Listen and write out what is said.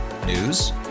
News